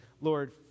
Lord